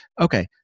okay